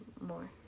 more